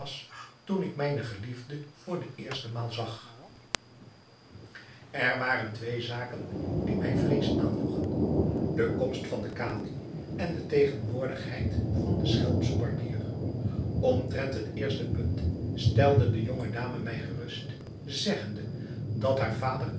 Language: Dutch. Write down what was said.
toen ik mijne geliefde voor de eerste maal zag er waren twee zaken die mij vrees aanjoegen de komst van den kadi en de tegenwoordigheid van den schelmschen barbier omtrent het eerste punt stelde de jonge dame mij gerust zeggende dat haar vader